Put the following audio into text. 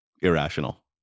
irrational